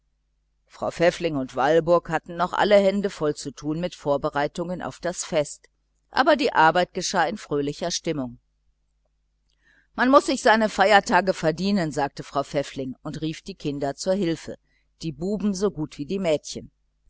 frau pfäffling und walburg hatten noch alle hände voll zu tun mit vorbereitungen auf das fest aber die arbeit geschah in fröhlicher stimmung man muß sich seine feiertage verdienen sagte frau pfäffling und rief die kinder zu hilfe die buben so gut wie die mädchen